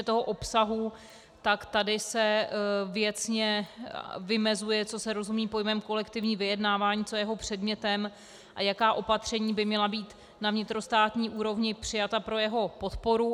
Co se týče obsahu, tak tady se věcně vymezuje, co se rozumí pojmem kolektivní vyjednávání, co je jeho předmětem a jaká opatření by měla být na vnitrostátní úrovni přijata pro jeho podporu.